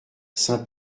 saint